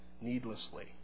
needlessly